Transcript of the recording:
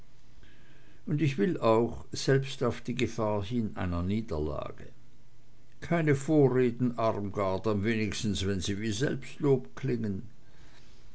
und ich will auch selbst auf die gefahr hin einer niederlage keine vorreden armgard am wenigsten wenn sie wie selbstlob klingen